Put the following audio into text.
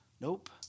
Nope